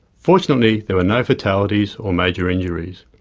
fortunately there were no fatalities or major injuries.